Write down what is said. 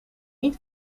niet